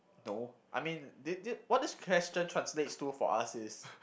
no I mean di~ di~ what this question translates to for us is